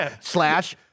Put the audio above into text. slash